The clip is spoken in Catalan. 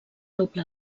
doble